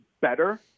better